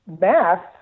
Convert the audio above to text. math